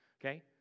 okay